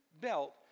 belt